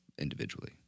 individually